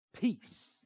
Peace